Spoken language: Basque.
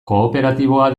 kooperatiboa